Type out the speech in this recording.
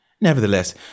Nevertheless